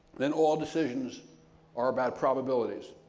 then all decisions are about probabilities.